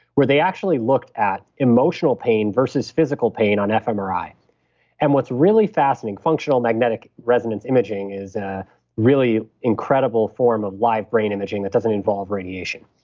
where they actually looked at emotional pain versus physical pain on fmri and what's really fascinating, functional magnetic resonance imaging is a really incredible form of live brain imaging that doesn't involve radiation.